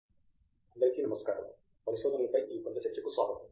professor Pratap Haridas అందరికీ నమస్కారము పరిశోధనల పై ఈ బృంద చర్చకు స్వాగతం